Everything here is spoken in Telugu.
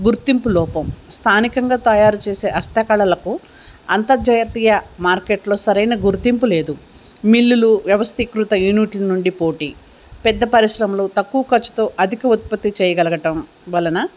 గుర్తింపు లోపం స్థానికంగా తయారు చేసే హస్తకళలకు అంతర్జాతీయ మార్కెట్లో సరైన గుర్తింపు లేదు మిల్లులు వ్యవస్థీకృత యూనిటిల నుండి పోటీ పెద్ద పరిశ్రమలు తక్కువ ఖచుతో అధిక ఉత్పత్తి చేయగలగటం వలన